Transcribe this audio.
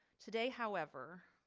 today however,